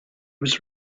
was